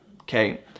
okay